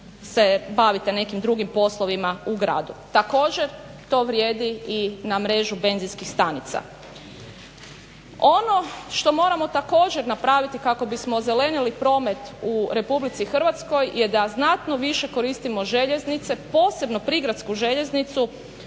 se bavite nekim drugim poslovima u gradu. Također to vrijedi i na mrežu benzinskih stanica. Ono što moramo također napraviti kako bismo ozelenili promet u Republici Hrvatskoj je da znatno više koristimo željeznice, posebno prigradsku željeznicu